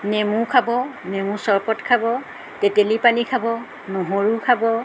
নেমু খাব নেমু চৰবত খাব তেতেলী পানী খাব নহৰু খাব